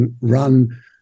run